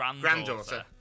granddaughter